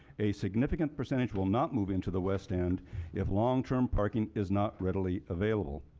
a significant percentage will not move into the west end if long-term parking is not readily available.